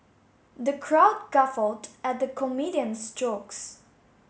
the crowd guffawed at the comedian's jokes